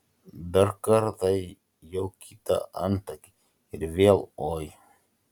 dar kartą jau kitą antakį ir vėl oi